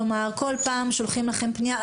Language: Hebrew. כלומר, כל פעם שולחים לכם פנייה.